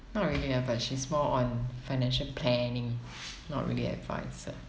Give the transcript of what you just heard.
not really ah but she's more on financial planning not really advisor